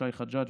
שי חג'ג',